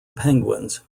penguins